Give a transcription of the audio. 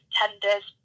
tenders